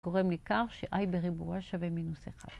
גורם לכך ש-i בריבוע שווה מינוס אחד.